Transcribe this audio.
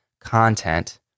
content